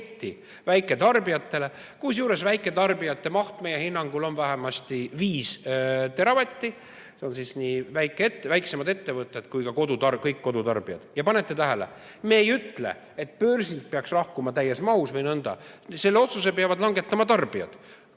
paketti väiketarbijatele, kusjuures väiketarbijate tarbimise maht on meie hinnangul vähemasti viis teravatti. Need on nii väiksemad ettevõtted kui ka kõik kodutarbijad. Ja panete tähele, me ei ütle, et börsilt peaks lahkuma täies mahus või nõnda. Selle otsuse peavad langetama tarbijad.